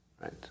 right